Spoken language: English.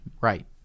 Right